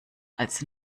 als